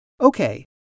Okay